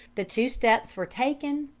the two steps were taken,